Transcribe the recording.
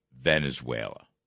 Venezuela